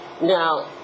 Now